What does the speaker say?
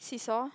seesaw